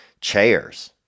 chairs